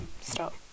stop